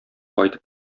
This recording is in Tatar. кайтып